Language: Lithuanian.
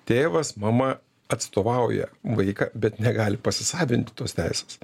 tėvas mama atstovauja vaiką bet negali pasisavinti tos teisės